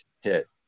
hit